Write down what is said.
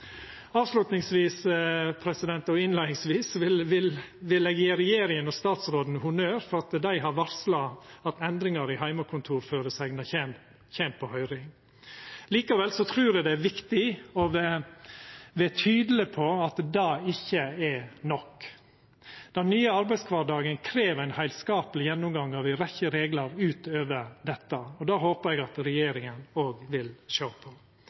Avslutningsvis – og innleiingsvis – vil eg gje regjeringa og statsråden honnør for at dei har varsla at endringar i heimekontorføresegna kjem på høyring. Likevel trur eg det er viktig å vera tydeleg på at det ikkje er nok. Den nye arbeidskvardagen krev ein heilskapleg gjennomgang av ei rekkje reglar utover dette, og det håpar eg at regjeringa òg vil sjå på.